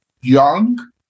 young